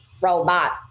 robot